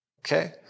Okay